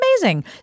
amazing